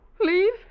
Leave